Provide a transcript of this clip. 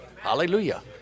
Hallelujah